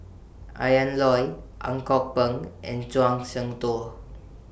Ian Loy Ang Kok Peng and Zhuang Shengtao